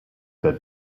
that